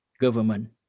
government